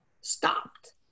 stopped